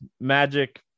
Magic